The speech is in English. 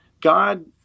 God